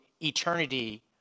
eternity